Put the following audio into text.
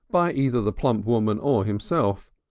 by either the plump woman or himself,